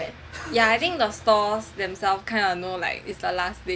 ya I think that the stores themselves know that it is the last day